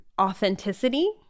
authenticity